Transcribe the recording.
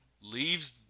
leaves